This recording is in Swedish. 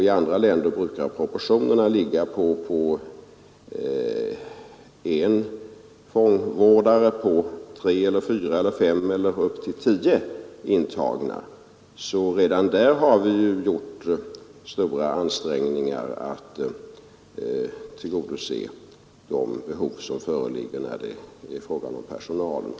I andra länder brukar proportionerna vara en fångvårdare på tre, fyra, fem eller ända upp till tio intagna. Vi har alltså när det gäller personalen redan gjort stora ansträngningar för att tillgodose föreliggande behov.